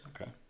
Okay